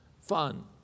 fun